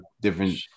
different